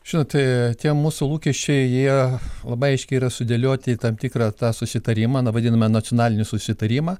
žinote tie mūsų lūkesčiai jie labai aiškiai yra sudėlioti į tam tikrą tą susitarimą nu vadiname nacionalinį susitarimą